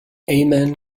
amen